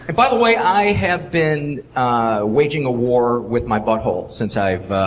by the way, i have been ah waging a war with my butt hole since i've